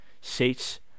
seats